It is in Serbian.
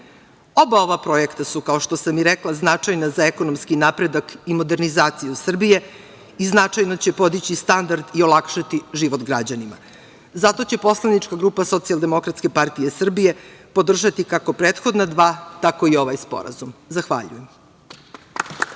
ova projekta su, kao što sam i rekla, značajna za ekonomski napredak i modernizaciju Srbije i značajno će podići standard i olakšati život građanima. Zato će Poslanička grupa Socijaldemokratske partije Srbije podržati kako prethodna dva, tkao i ovaj sporazum. Zahvaljujem.